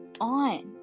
on